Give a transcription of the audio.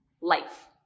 life